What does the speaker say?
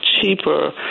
cheaper